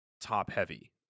top-heavy